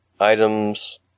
items